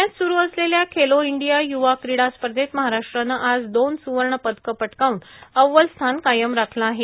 प्ण्यात सुरू असलेल्या खेलो इंडिया यूवा क्रिडा स्पर्धेत महाराष्ट्रानं आज दोन सुवर्ण पदकं पटकावून अव्वल स्थान कायम राखलं आहे